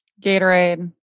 Gatorade